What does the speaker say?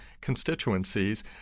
constituencies